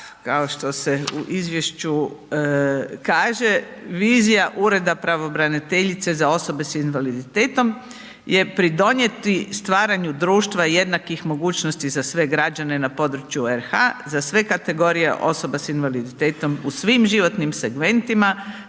kao što se u izvješću kaže, vizija Ureda pravobraniteljice za osobe s invaliditetom je pridonijeti stvaranju društva jednakih mogućnosti za sve građane na području RH, za sve kategorije osoba s invaliditetom u svim životnim segmentima,